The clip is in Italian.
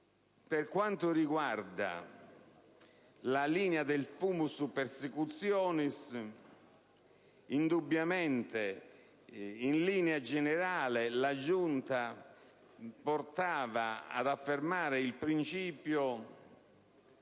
Per quanto riguarda la linea del *fumus persecutionis*, indubbiamente in linea generale la Giunta era orientata ad affermare il principio